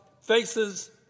faces